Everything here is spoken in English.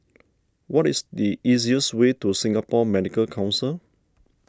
what is the easiest way to Singapore Medical Council